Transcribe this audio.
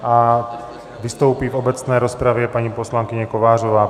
A vystoupí v obecné rozpravě paní poslankyně Kovářová.